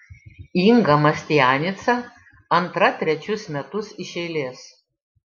inga mastianica antra trečius metus iš eilės